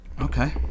okay